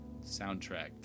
soundtrack